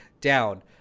down